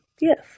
Yes